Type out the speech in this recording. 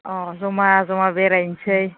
अ जमा जमा बेरायनोसै